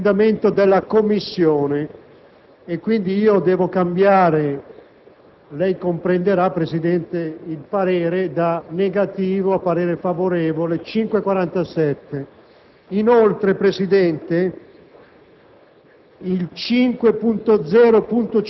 si tratta invece di un emendamento della Commissione e quindi io devo cambiare - lei comprenderà, Presidente - il parere da negativo a favorevole. Per quanto